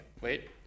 Wait